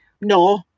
no